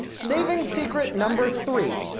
savings secret number three,